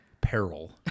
peril